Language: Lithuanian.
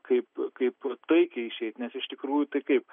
kaip kaip taikiai išeit nes iš tikrųjų tai kaip